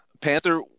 Panther